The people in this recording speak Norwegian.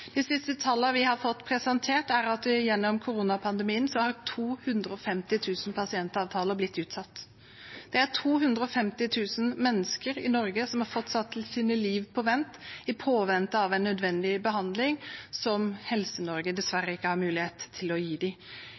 De siste tallene vi har fått presentert, er at gjennom koronapandemien har 250 000 pasientavtaler blitt utsatt. Det er 250 000 mennesker i Norge som har fått satt sitt liv på vent i påvente av en nødvendig behandling som Helse-Norge dessverre ikke har mulighet til å gi